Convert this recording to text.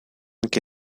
que